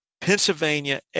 Pennsylvania